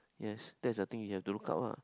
yes that is the thing you have to look up lah